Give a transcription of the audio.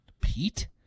Pete